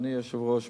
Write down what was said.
אדוני היושב-ראש,